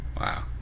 wow